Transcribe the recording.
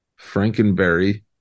Frankenberry